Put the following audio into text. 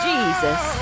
Jesus